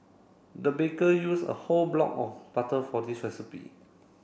the baker use a whole block of butter for this recipe